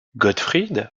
gottfried